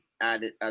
added